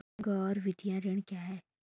गैर वित्तीय ऋण क्या है?